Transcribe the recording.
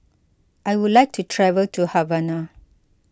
I would like to travel to Havana